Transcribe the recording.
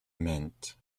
meant